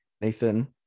Nathan